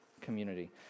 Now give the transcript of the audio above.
community